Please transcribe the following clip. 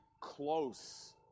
close